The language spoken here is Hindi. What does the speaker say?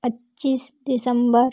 पच्चीस दिसंबर